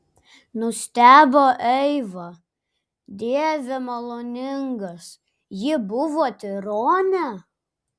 nustebo eiva dieve maloningas ji buvo tironė